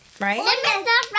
Right